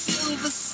Silver